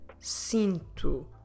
sinto